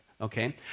okay